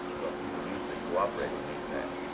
well, people usually cooperate with me, sam.